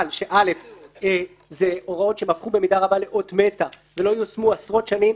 זה הוראות שהפכו במידה רבה לאות מתה ולא יושמו עשרות שנים,